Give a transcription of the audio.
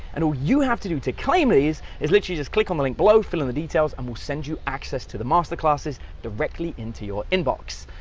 and all you have to do to claim these, is literally just click on the link below, fill in the details and we'll send you access to the master classes directly into your inbox.